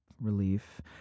relief